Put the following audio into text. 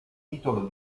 titolo